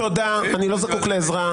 תודה אריאל, אני לא זקוק לעזרה.